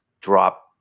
drop